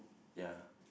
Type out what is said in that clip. ya